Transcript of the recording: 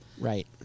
Right